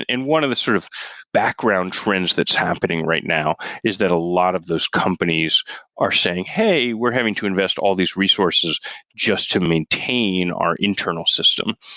and one of the sort of background trends that's happening right now is that a lot of those companies are saying, hey, we're having to invest all these resources just to maintain our internal system.